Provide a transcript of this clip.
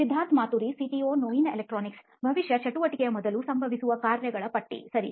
Siddharth Maturi CEO ನೋಯಿನ್ electronics ಬಹುಶಃ ಚಟುವಟಿಕೆಯ ಮೊದಲು ಸಂಭವಿಸುವ ಕಾರ್ಯಗಳ ಪಟ್ಟಿ ಸರಿ